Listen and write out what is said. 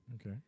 Okay